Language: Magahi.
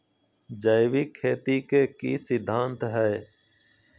जैविक खेती के की सिद्धांत हैय?